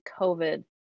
COVID